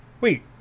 wait